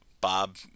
Bob